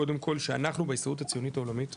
קודם כל שאנחנו בהסתדרות העולמית הציוניות,